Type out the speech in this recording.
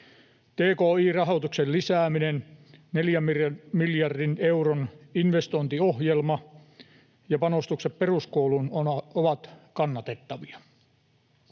Tki-rahoituksen lisääminen, neljän miljardin euron investointiohjelma ja panostukset peruskouluun ovat kannatettavia.